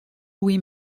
louis